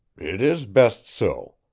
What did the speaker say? it is best so.